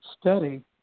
study